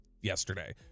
yesterday